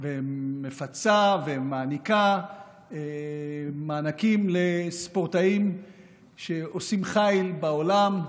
ומפצה ומעניקה מענקים לספורטאים שעושים חיל בעולם,